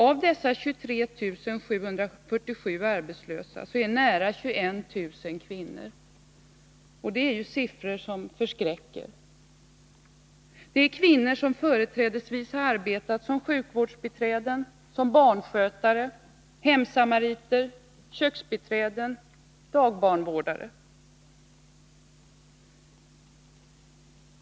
Av dessa 23 747 arbetslösa är nära 21 000 kvinnor. Det är siffror som förskräcker. Detta är kvinnor som företrädesvis har arbetat som sjukvårdsbiträden, barnskötare, hemsamariter, köksbiträden och dagbarnvårdare.